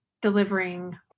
delivering